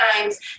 times